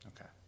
Okay